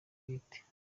bwite